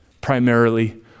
primarily